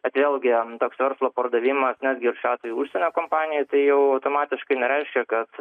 vėlgi toks verslo pardavimas netgi ir šiuo atveju užsienio kompanija tai jau automatiškai nereiškia kad